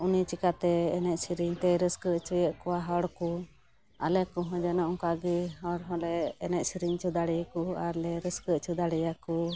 ᱩᱱᱤ ᱪᱮᱠᱟᱹᱛᱮ ᱮᱱᱮᱡ ᱥᱤᱨᱤᱧᱛᱮᱭ ᱨᱟᱹᱥᱠᱟᱹ ᱚᱪᱚᱭᱮᱫ ᱠᱚᱣᱟ ᱦᱚᱲᱠᱚ ᱟᱞᱮᱨᱠᱚ ᱦᱚᱸ ᱡᱮᱱᱚ ᱚᱱᱠᱟ ᱜᱮ ᱦᱚᱲ ᱦᱚᱸᱞᱮ ᱮᱱᱮᱡ ᱥᱮᱨᱮᱧ ᱚᱪᱚ ᱫᱟᱲᱮᱭᱟ ᱠᱚ ᱟᱨᱞᱮ ᱨᱟᱹᱥᱠᱟᱹ ᱚᱪᱚ ᱫᱟᱲᱮᱭᱟᱠᱚ